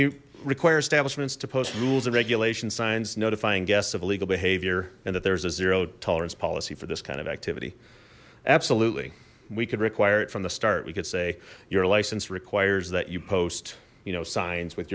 we require establishments to post rules and regulation signs notifying guests of illegal behavior and that there's a zero tolerance policy for this kind of activity absolutely we could require it from the start we could say your license requires that you post you know signs with